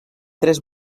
tres